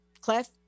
cliff